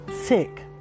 sick